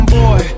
boy